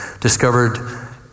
discovered